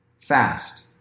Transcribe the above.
fast